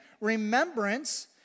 remembrance